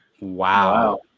Wow